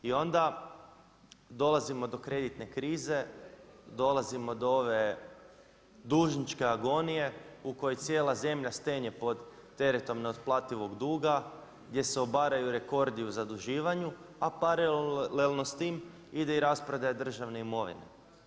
I onda dolazimo do kreditne krize, dolazimo do ove dužničke agonije u kojoj cijela zemlja stenje pod teretom neotplativog duga, gdje se obaraju rekordi u zaduživanju, a paralelno s tim ide rasprodaja državne imovine.